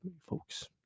folks